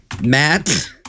Matt